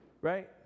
right